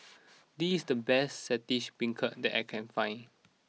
this is the best Saltish Beancurd that I can find